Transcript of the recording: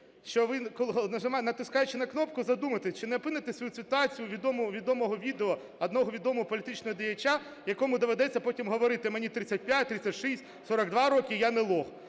натискаючи на кнопку, задумайтеся, чи не опинитеся ви в ситуації відомого відео одного відомого політичного діяча, якому доведеться потім говорити: мені 35, 36, 42 роки, я не лох.